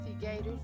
Gators